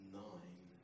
nine